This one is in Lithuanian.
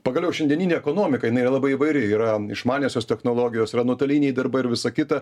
pagaliau šiandieninė ekonomika jinai yra labai įvairi yra išmaniosios technologijos yra nuotoliniai darbai ir visa kita